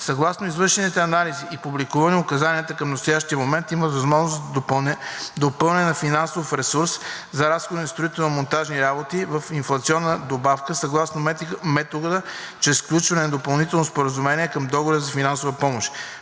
Съгласно извършените анализи и публикуваните указания към настоящия момент има възможност за допълване на финансов ресурс за разходи на строително-монтажни работи в инфлационна добавка съгласно метода чрез сключване на допълнително споразумение към договора за финансова помощ.